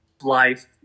life